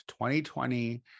2020